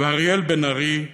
ואריאל בן-ארי,